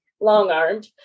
long-armed